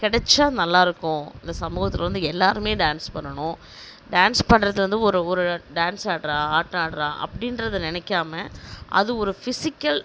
கிடைச்சா நல்லா இருக்கும் இந்த சமூகத்தில் வந்து எல்லாருமே டான்ஸ் பண்ணனும் டான்ஸ் பண்ணுறது வந்து ஒரு ஒரு டான்ஸ் ஆடுறா ஆட்டம் ஆடுறா அப்படின்றத நினைக்காம அது ஒரு பிஸிக்கல்